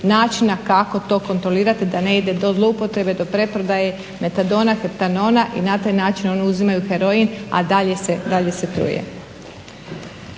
načina kako to kontrolirati, da ne ide do zloupotrebe, do preprodaje metadona, heptanona i na taj način oni uzimaju heroin, a dalje se truje.